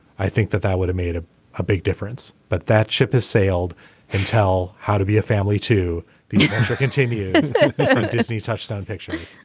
i think that that would have made a a big difference. but that ship has sailed and tell how to be a family to the continued disney touchstone pictures